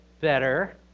better